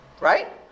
Right